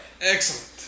Excellent